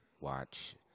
watch